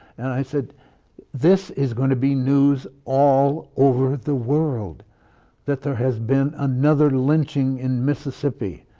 i said this is going to be news all over the world that there has been another lynching in mississippi.